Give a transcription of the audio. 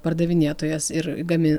pardavinėtojas ir gamin